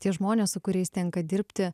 tie žmonės su kuriais tenka dirbti